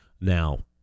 Now